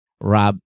Rob